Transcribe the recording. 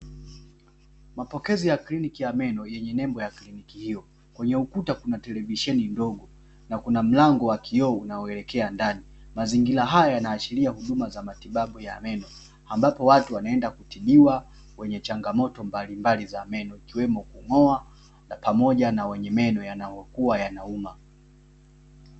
Mapokezi ya kliniki ya meno yenye nembo ya kliniki hiyo, kwenye ukuta kuna televisheni ndogo na kuna mlango wa kioo unaoelekea ndani, mazingira haya yanaashiria huduma za matibabu ya meno ambapo watu wanaenda kutibiwa wenye changamoto mbalimbali za meno, ikiwemo kung'oa na pamoja na wenye meno yanayokuwa yanauma.